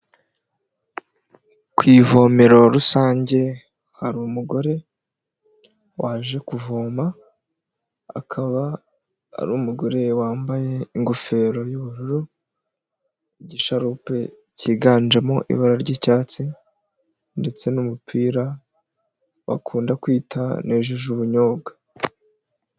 Ku ivomero rusange hari umugore waje kuvoma, akaba ari umugore wambaye ingofero y'ubururu, igisharope kiganjemo ibara ry'icyatsi, ndetse n'umupira bakunda kwita nejeje ubunyobwa.